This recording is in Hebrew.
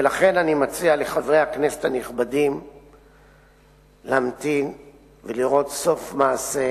ולכן אני מציע לחברי הכנסת הנכבדים להמתין ולראות סוף מעשה